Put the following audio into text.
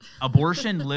abortion